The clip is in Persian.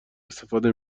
استفاده